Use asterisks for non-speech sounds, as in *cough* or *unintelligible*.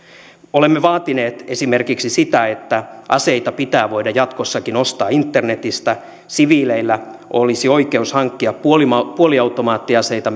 olemme vaatineet esimerkiksi sitä että aseita pitää voida jatkossakin ostaa internetistä siviileillä olisi oikeus hankkia puoliautomaattiaseita *unintelligible*